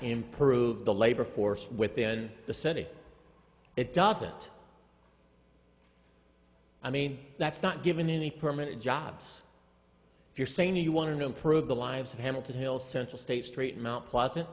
improve the labor force within the city it doesn't i mean that's not given any permanent jobs if you're saying you want to improve the lives of hamilton hill central state street mt pleasant